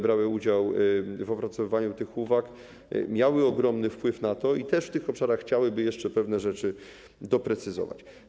Brały one udział w opracowywaniu tych uwag, miały ogromny wpływ na to i też w tych obszarach chciałyby jeszcze pewne rzeczy doprecyzować.